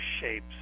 shapes